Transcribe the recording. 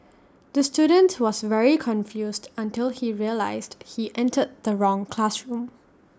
the student was very confused until he realised he entered the wrong classroom